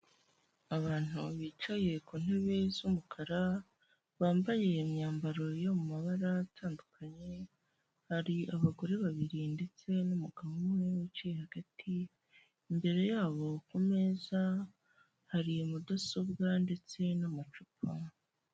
Abantu bicaye ku ntebe z'umukara, bambaye imyambaro yo mu mabara atandukanye hari abagore babiri ndetse n'umugabo umwe wicaye hagati, imbere yabo kumeza hari mudasobwa ndetse n'amacupa.